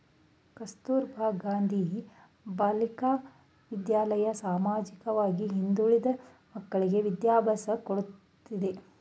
ಕಸ್ತೂರಬಾ ಗಾಂಧಿ ಬಾಲಿಕಾ ವಿದ್ಯಾಲಯ ಸಾಮಾಜಿಕವಾಗಿ ಹಿಂದುಳಿದ ಮಕ್ಕಳ್ಳಿಗೆ ವಿದ್ಯಾಭ್ಯಾಸ ಕೊಡ್ತಿದೆ